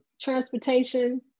transportation